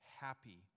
happy